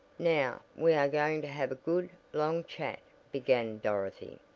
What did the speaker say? now, we are going to have a good, long chat, began dorothy,